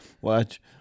watch